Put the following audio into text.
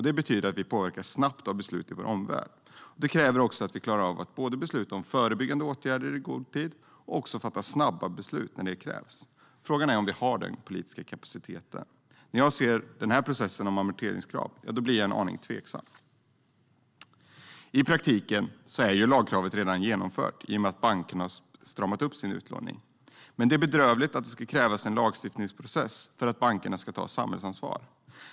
Det betyder att vi påverkas snabbt av beslut i vår omvärld. Det kräver också att vi klarar av att både besluta om förebyggande åtgärder i god tid och att fatta snabba beslut när det krävs. Frågan är om vi har den politiska kapaciteten. När jag ser processen om amorteringskrav blir jag en aning tveksam. I praktiken är lagkravet redan genomfört i och med att bankerna stramat upp sin utlåning. Men det är bedrövligt att det ska krävas en lagstiftningsprocess för att bankerna ska ta samhällsansvar.